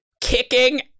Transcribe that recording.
kicking